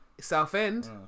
Southend